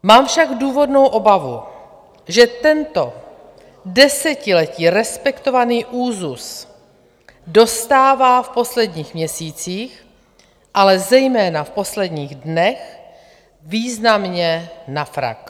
Mám však důvodnou obavu, že tento desetiletí respektovaný úzus dostává v posledních měsících, ale zejména v posledních dnech významně na frak.